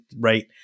right